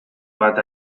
bat